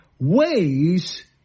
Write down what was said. ways